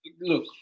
look